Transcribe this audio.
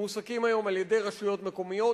מועסקים היום על-ידי רשויות מקומיות,